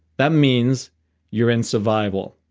that means you're in survival.